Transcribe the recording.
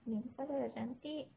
kau dah lah cantik